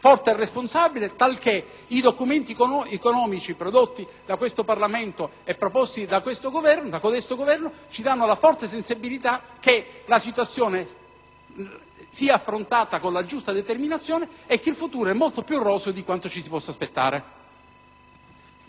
forti e responsabili tanto che i documenti economici prodotti da questo Parlamento e proposti da questo Governo ci danno la forte sensazione che la situazione sia affrontata con la giusta determinazione e che il futuro è molto più roseo di quanto ci si possa aspettare.